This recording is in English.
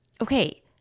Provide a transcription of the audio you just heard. Okay